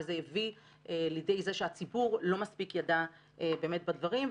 וזה הביא לידי זה שהציבור לא מספיק ידע באמת את הדברים,